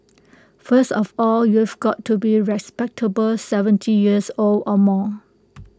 first of all you've got to be respectable seventy years old or more